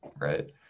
Right